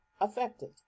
affected